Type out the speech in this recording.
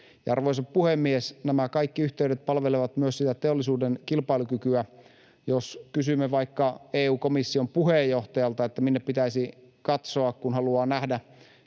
Arvoisa puhemies! Nämä kaikki yhteydet palvelevat myös sitä teollisuuden kilpailukykyä. Jos kysymme vaikka EU-komission puheenjohtajalta, minne pitäisi katsoa, kun haluaa nähdä